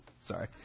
Sorry